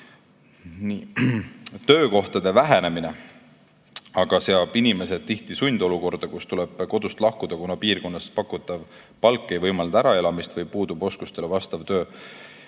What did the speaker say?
Töökohtade vähenemine aga seab inimesed tihti sundolukorda, kus tuleb kodust lahkuda, kuna piirkonnas pakutav palk ei võimalda äraelamist või puudub oskustele vastav töö.